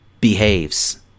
behaves